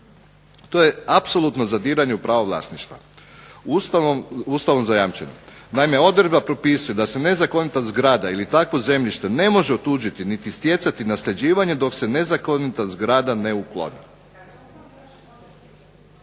To je apsolutno zadiranje u pravo vlasništva Ustavom zajamčeno. Naime, odredba propisuje da se nezakonita zgrada ili takvo zemljište ne može otuđiti niti stjecati nasljeđivanjem dok se nezakonita zgrada ne ukloni.